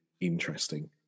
interesting